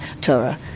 Torah